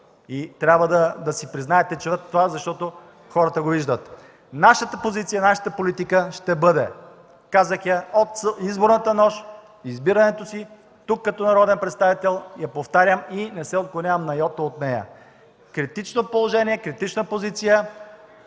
трябва да си признае това, защото хората го виждат. Нашата позиция, нашата политика ще бъде – казах я в изборната нощ, от избирането си тук като народен представител я повтарям и не се отклонявам ни на йота от нея: критична позиция,